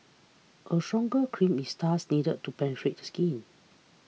a stronger cream is thus needed to penetrate the skin